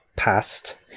past